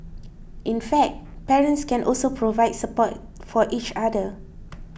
in fact parents can also provide support for each other